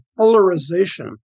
polarization